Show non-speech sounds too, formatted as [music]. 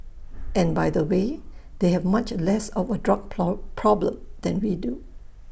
and by the way they have much less of A drug [unintelligible] problem than we do